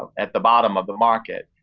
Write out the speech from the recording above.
um at the bottom of the market.